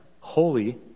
holy